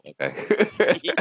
okay